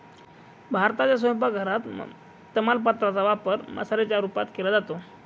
भारताच्या स्वयंपाक घरात तमालपत्रा चा वापर मसाल्याच्या रूपात केला जातो